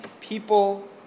People